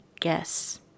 guess